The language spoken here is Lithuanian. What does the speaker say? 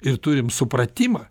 ir turim supratimą